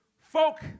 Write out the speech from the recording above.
Folk